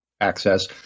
access